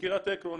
מקרית עקרון,